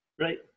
Right